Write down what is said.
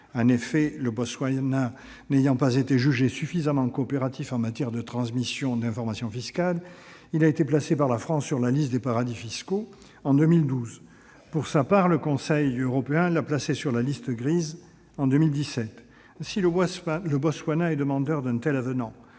En effet, le Botswana n'ayant pas été jugé suffisamment coopératif en matière de transmission d'informations fiscales, il a été placé par la France sur sa liste des paradis fiscaux en 2012. Pour sa part, le Conseil européen l'a placé sur sa liste « grise » en 2017. Ainsi, le Botswana est demandeur d'un tel avenant,